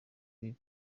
biba